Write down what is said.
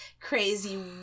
crazy